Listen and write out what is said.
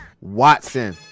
Watson